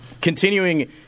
continuing